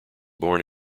born